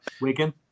Wigan